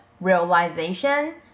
realization